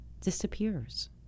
disappears